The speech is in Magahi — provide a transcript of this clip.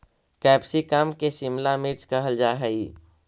कैप्सिकम के शिमला मिर्च कहल जा हइ